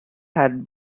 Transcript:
had